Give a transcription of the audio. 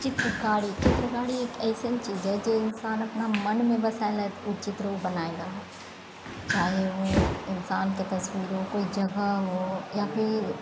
चित्रकारी चित्रकारी एक एसन चीज हइ जे इंसान अपना मनमे बसाय लै हइ उ बनाय लै हइ चाहे ओ इंसानके तस्वीर हो कोइ जगह हो या फिर